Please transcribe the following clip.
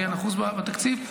אחוז בתקציב,